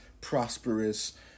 prosperous